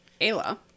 Ayla